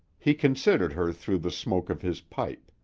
he considered her through the smoke of his pipe.